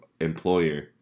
employer